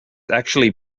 actually